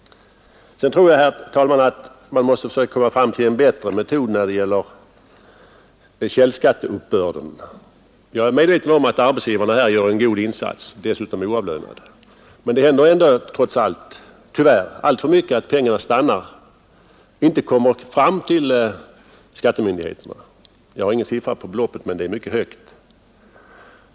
Sedan tror jag, herr talman, att man måste försöka komma fram till en bättre metod när det gäller källskatteuppbörden. Jag är medveten om att arbetsgivarna här gör en god insats, dessutom oavlönad. Men det händer ändå trots allt tyvärr alltför ofta att pengar inte kommer fram till skattemyndigheterna. Jag har ingen siffra på beloppet, men det är mycket högt.